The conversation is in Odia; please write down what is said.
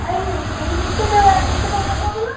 ଭାଇ ଏହି ଜୋତାଟା କେତେ ଟଙ୍କା କହୁନ